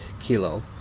kilo